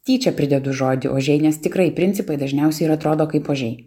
tyčia pridedu žodį ožiai nes tikrai principai dažniausiai ir atrodo kaip ožiai